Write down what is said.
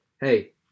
Hey